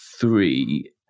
three